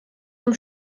zum